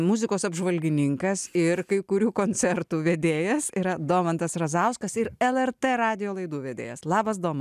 muzikos apžvalgininkas ir kai kurių koncertų vedėjas yra domantas razauskas ir lrt radijo laidų vedėjas labas tomai